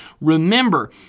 Remember